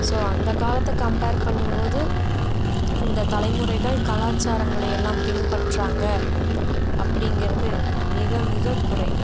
so அந்த காலத்தை compare பண்ணும்போது இந்த தலைமுறைகள் கலாச்சாரங்களை எல்லாம் பின்பற்றுறாங்க அப்படிங்கிறது மிக மிக குறைவு